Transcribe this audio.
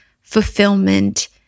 fulfillment